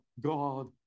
God